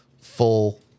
full